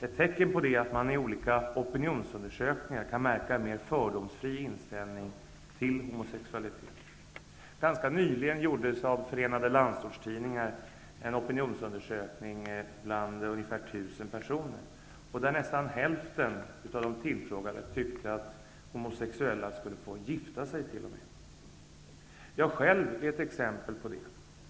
Ett tecken på det är att man i olika opinionsundersökningar kan märka en mer fördomsfri inställning till homosexualitet. Ganska nyligen gjordes av Förenade landsortstidningar en opinionsundersökning bland ungefär tusen personer. Nästan hälften av de tillfrågade i undersökningen tyckte att homosexuella t.o.m. skulle få gifta sig. Jag själv är ett exempel på detta.